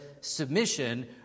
submission